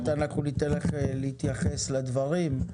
עוד מעט ניתן לך להתייחס לדברים.